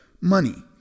money